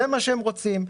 זה מה שהם רוצים.